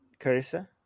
carissa